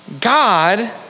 God